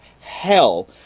hell